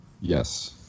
Yes